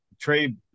trade